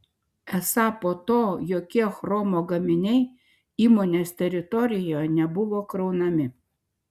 esą po to jokie chromo gaminiai įmonės teritorijoje nebuvo kraunami